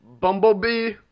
Bumblebee